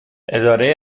اداره